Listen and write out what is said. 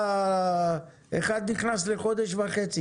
אחד נכנס לחודש וחצי,